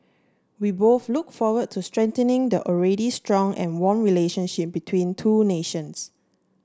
we both look forward to strengthening the already strong and warm relationship between two nations